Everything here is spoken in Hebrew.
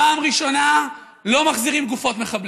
פעם ראשונה, לא מחזירים גופות מחבלים,